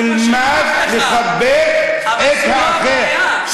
תלמד לכבד את האחר.